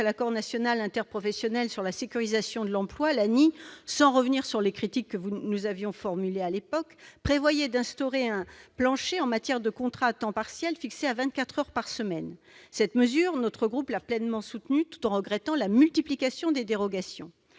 l'accord national interprofessionnel sur la sécurisation de l'emploi, l'ANI, sans revenir sur les critiques que nous avions formulées à l'époque, prévoyait d'instaurer un plancher en matière de contrats à temps partiel, qui était fixé à vingt-quatre heures par semaine. Cette mesure, notre groupe l'a pleinement soutenue, tout en regrettant la multiplication des dérogations.